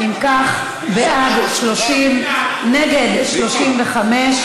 אם כך, בעד, 30, נגד, 35,